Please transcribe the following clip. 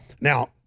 Now